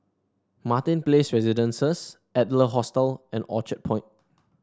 Martin Place Residences Adler Hostel and Orchard Point